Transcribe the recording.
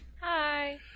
Hi